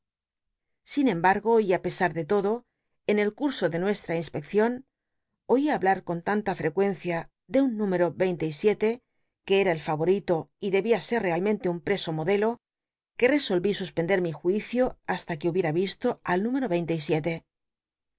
sin embargo y ü pesar de todo en el curso de nuestra inspeccion oí hablar con tanta frccuencia tic un númcro veinte y siete que em el fayorito y dcbia ser realmente un preso modelo c ue resolví sr r pcnd er mi juicio hasta que hubiera visto al número v einte